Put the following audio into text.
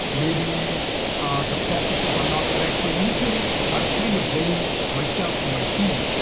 maybe the processes are not correct. so initially, i was kind of blaming myself and my team.